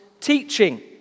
teaching